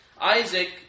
Isaac